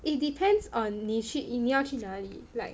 it depends on 你去你要去哪里 like